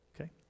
Okay